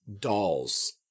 dolls